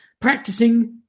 practicing